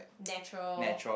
natural